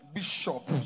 Bishop